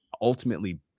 ultimately